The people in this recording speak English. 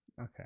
Okay